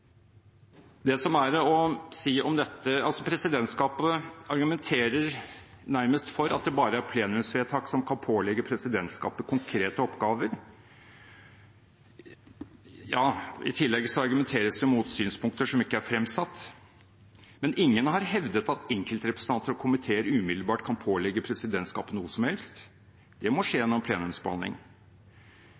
Presidentskapet argumenterer nærmest for at det bare er plenumsvedtak som kan pålegge presidentskapet konkrete oppgaver. I tillegg argumenteres det mot synspunkter som ikke er fremsatt. Men ingen har hevdet at enkeltrepresentanter og komiteer umiddelbart kan pålegge presidentskapet noe som helst, det må skje gjennom plenumsbehandling.